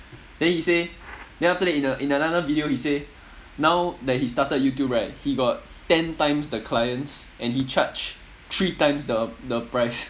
then he say then after that in a in another video he say now that he started youtube right he got ten times the clients and he charge three times the the price